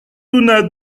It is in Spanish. una